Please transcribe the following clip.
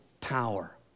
power